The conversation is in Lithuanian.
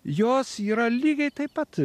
jos yra lygiai taip pat